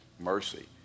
Mercy